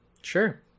sure